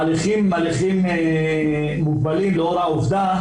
ההליכים הם הליכים מעורפלים לאור העובדה